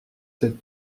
cette